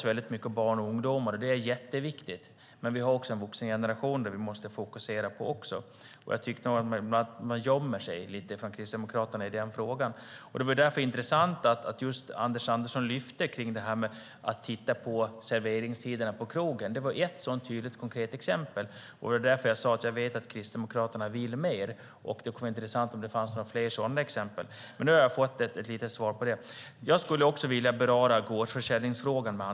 Det talas mycket om barn och ungdomar, vilket är mycket viktigt. Men vi har också en vuxengeneration som vi måste fokusera på. Jag tycker att Kristdemokraterna lite grann gömmer sig i denna fråga. Det var därför intressant att Anders Andersson lyfte fram frågan om att titta på serveringstiderna på krogen. Det var ett konkret exempel, och det var därför som jag sade att jag vet att Kristdemokraterna vill mer. Det skulle vara intressant om det fanns några fler sådana exempel. Men nu har jag fått ett litet svar på detta. Jag skulle också vilja ta upp gårdsförsäljningsfrågan.